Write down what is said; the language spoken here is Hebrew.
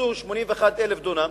שתפסו 81,000 דונם,